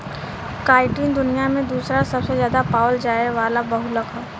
chitin दुनिया में दूसरा सबसे ज्यादा पावल जाये वाला बहुलक ह